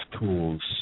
tools